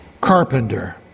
carpenter